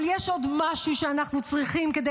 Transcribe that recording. אבל יש עוד משהו שאנחנו צריכים כדי